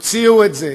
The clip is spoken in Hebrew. תוציאו את זה.